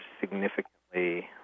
significantly